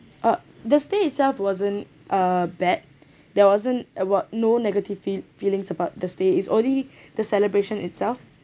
uh the stay itself wasn't uh bad there wasn't what no negative fee~ feelings about the stay there's only the celebration itself